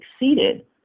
exceeded